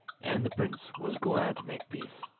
and the prince was glad to make peace,